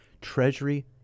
treasury